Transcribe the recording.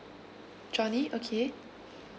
johnny okay